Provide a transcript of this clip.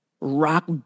Rock